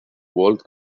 walt